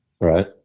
Right